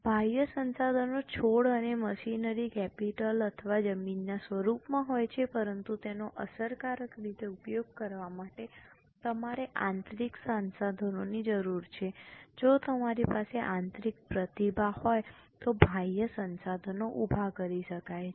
બાહ્ય સંસાધનો છોડ અને મશીનરીની કેપિટલ અથવા જમીનના સ્વરૂપમાં હોય છે પરંતુ તેનો અસરકારક રીતે ઉપયોગ કરવા માટે તમારે આંતરિક સંસાધનોની જરૂર હોય છે જો તમારી પાસે આંતરિક પ્રતિભા હોય તો બાહ્ય સંસાધનો ઉભા કરી શકાય છે